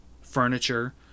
furniture